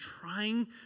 trying